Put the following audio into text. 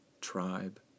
tribe